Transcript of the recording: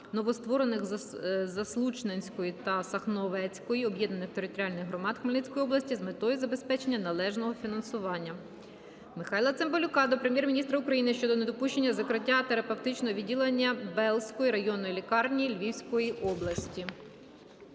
новостворених Заслучненської та Сахновецької об'єднаних територіальних громад Хмельницької області з метою забезпечення належного фінансування. Михайла Цимбалюка до Прем'єр-міністра України щодо недопущення закриття терапевтичного відділення Белзької районної лікарні Львівської області.